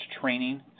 training